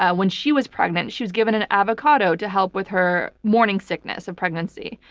ah when she was pregnant she was given an avocado to help with her morning sickness in pregnancy.